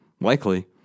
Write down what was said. Likely